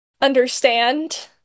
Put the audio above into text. understand